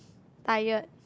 tired